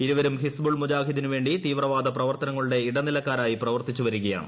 ഇരുവരും ഹിസ്ബുൾ മുജാഹിദ്ദിനുവേണ്ടി തീവ്രവാദ പ്രവർത്തനങ്ങളുടെ ഇടനിലക്കാരായി പ്രവർത്തിച്ചു് വരികയാണ്